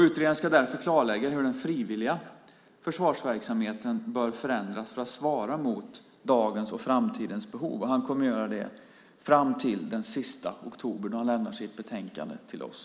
Utredaren ska därför klarlägga hur den frivilliga försvarsverksamheten bör förändras för att svara mot dagens och framtidens behov. Han kommer att göra det fram till den 31 oktober då han lämnar sitt betänkande till oss.